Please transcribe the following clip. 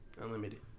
unlimited